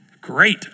great